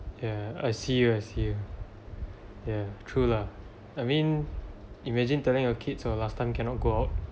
ya I see you I see you ya true lah I mean imagine telling your kids for the last time cannot go out